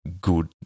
good